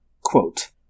Quote